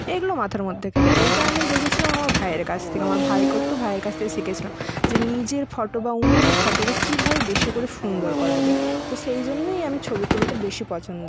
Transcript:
এইগুলো মাথার মধ্যে খেলে এইটা আমি দেখেছিলাম আমার ভাইয়ের কাছ থেকে আমার ভাই করতো ভাইয়ের কাছ থেকে শিখেছিলাম যে নিজের ফটো বা অন্যের ফটোকে কীভাবে বেশি করে সুন্দর করা যায় তো সেই জন্যই আমি ছবি তুলতে বেশি পছন্দ করি